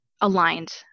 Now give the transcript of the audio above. aligned